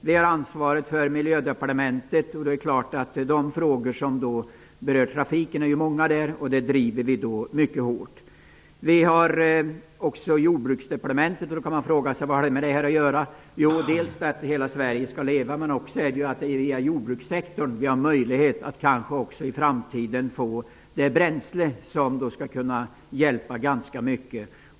Vi har ansvaret för Miljödepartementet, som har hand om många frågor som berör trafiken, och dessa driver vi mycket hårt. Vi ansvarar också för Jordbruksdepartementet, som handlägger frågor i anslutning till inriktningen att hela Sverige skall leva. Via jordbrukssektorn kommer vi i framtiden kanske också att kunna få fram ett bränsle som skall kunna ge ganska många positiva effekter.